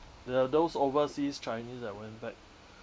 they are those overseas chinese that went back